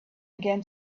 again